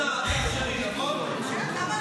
חבר'ה, תנו לה להשלים את הדברים.